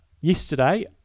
Yesterday